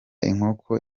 inkoko